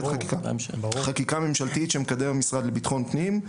חקיקה ממשלתית שמקדם המשרד לביטחון הפנים,